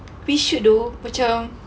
we should though macam